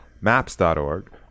MAPS.org